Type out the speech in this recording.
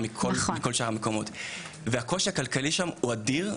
מכל שאר המקומות והקושי הכלכלי שם הוא אדיר,